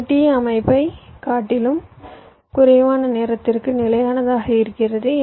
இது t அமைப்பைக் காட்டிலும் குறைவான நேரத்திற்கு நிலையானதாக இருக்கிறது